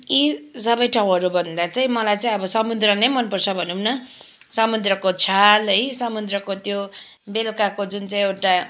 यी सबै ठाउँहरूभन्दा चाहिँ मलाई चाहिँ अब समुद्र नै मनपर्छ भनौँ न समुद्रको छाल है समुद्रको त्यो बेलुकाको जुन चाहिँ एउटा